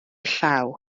llaw